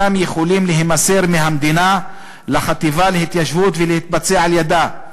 אינם יכולים להימסר מהמדינה לחטיבה להתיישבות ולהתבצע על-ידיה.